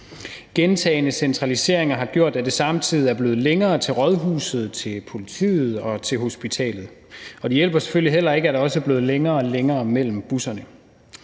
Gentagne centraliseringer har gjort, at der samtidig er blevet længere til rådhuset, til politiet og til hospitalet, og det hjælper selvfølgelig heller ikke, at der også er blevet længere og længere mellem busserne.